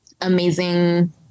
amazing